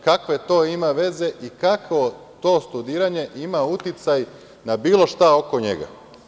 Kakve to ima veze i kako to studiranje ima uticaj na bilo šta oko njega?